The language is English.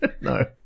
No